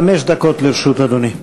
חמש דקות לרשות אדוני.